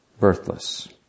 birthless